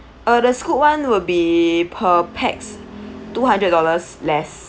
uh the Scoot [one] will be per pax two hundred dollars less